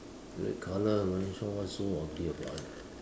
don't need collar no need so much so or be about it